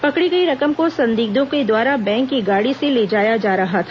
पकड़ी गई रकम को संदिग्धों के द्वारा बैंक की गाड़ी से ले जाया जा रहा था